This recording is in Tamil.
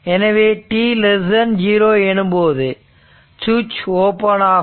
எனவே t0 எனும்போது சுவிட்ச் ஓபன் ஆக இருக்கும்